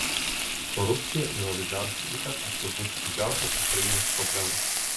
korupcija ir oligarchų įtaka turbūt didžiausios ukrainos problemos